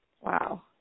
Wow